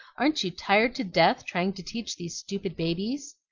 aren't you tired to death trying to teach these stupid babies?